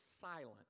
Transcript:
silent